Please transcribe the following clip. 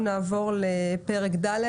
נעבור לפרק ד'.